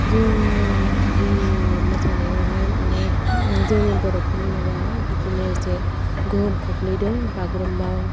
जों जोंनि मोसानायावहाय माने जोंनि बर' फोरनि माबायावहाय बिदिनो एसे गोहोम खोख्लैदों बागुरुमबा